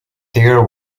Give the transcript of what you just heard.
there